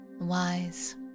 wise